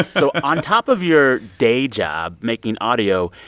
so on top of your day job making audio,